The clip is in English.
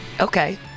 Okay